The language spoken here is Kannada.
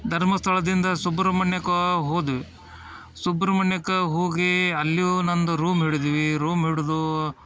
ಧರ್ಮಸ್ಥಳದಿಂದ ಸುಬ್ರಹ್ಮಣ್ಯಕ್ಕೆ ಹೋದ್ವಿ ಸುಬ್ರಹ್ಮಣ್ಯಕ್ಕೆ ಹೋಗಿ ಅಲ್ಲಿಯೂ ನನ್ನದು ರೂಮ್ ಹಿಡಿದ್ವಿ ರೂಮ್ ಹಿಡಿದು